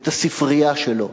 את הספרייה שלו,